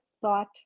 thought